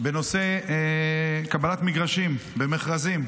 בנושא קבלת מגרשים במכרזים.